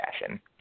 fashion